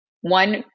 One